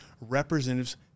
representatives